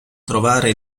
trovare